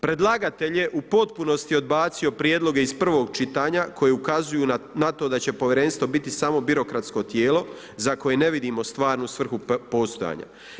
Predlagatelj je u potpunosti odbacio prijedloge iz prvog čitanja koji ukazuju na to da će Povjerenstvo biti samo birokratsko tijelo za koje ne vidimo stvarnu svrhu postojanja.